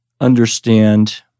understand